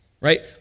right